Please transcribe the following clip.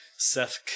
Seth